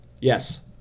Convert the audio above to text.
Yes